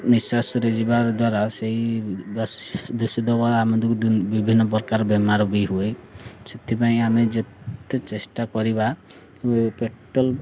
ନିଶ୍ୱାସରେ ଯିବା ଦ୍ୱାରା ସେଇ ଦୂଷିତ ବା ଆମକୁ ବିଭିନ୍ନ ପ୍ରକାର ବେମାର ବି ହୁଏ ସେଥିପାଇଁ ଆମେ ଯେତେ ଚେଷ୍ଟା କରିବା ପେଟ୍ରୋଲ